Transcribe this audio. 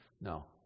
No